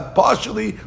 partially